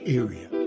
area